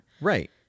Right